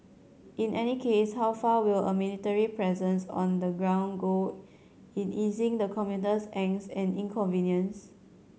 in any case how far will a military presence on the ground go in easing the commuter's angst and inconvenience